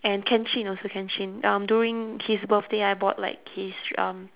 and kenshin also kenshin um during his birthday I bought like his um